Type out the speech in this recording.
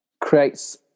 creates